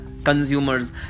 Consumers